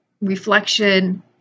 reflection